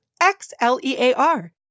X-L-E-A-R